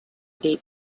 deep